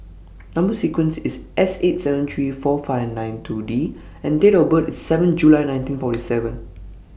Number sequence IS S eight seven three four five nine two D and Date of birth IS seven July nineteen forty seven